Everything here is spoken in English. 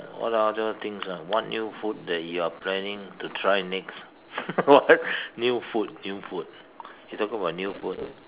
what other things ah what new food that you are planning to try next what new food new food he's talking about new food